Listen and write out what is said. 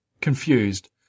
confused